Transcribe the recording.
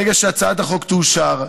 ברגע שהצעת החוק תאושר,